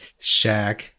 shaq